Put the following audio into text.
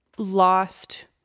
lost